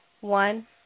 One